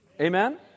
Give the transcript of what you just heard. Amen